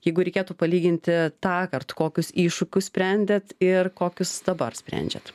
jeigu reikėtų palyginti tąkart kokius iššūkius sprendėt ir kokius dabar sprendžiat